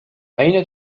أين